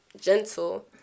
gentle